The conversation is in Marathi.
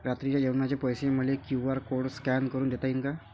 रात्रीच्या जेवणाचे पैसे मले क्यू.आर कोड स्कॅन करून देता येईन का?